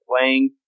playing